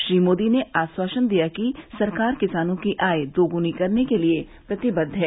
श्री मोदी ने आश्वासन दिया कि सरकार किसानों की आय दोगुनी करने के लिए प्रतिबद्ध है